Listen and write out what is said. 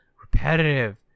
repetitive